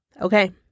Okay